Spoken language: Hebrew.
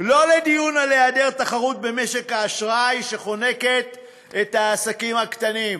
לא לדיון על היעדר תחרות במשק האשראי שחונק את העסקים הקטנים,